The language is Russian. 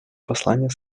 послание